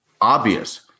obvious